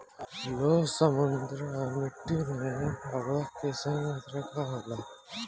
लौह समृद्ध मिट्टी में उर्वरक के सही मात्रा का होला?